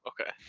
okay